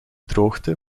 droogte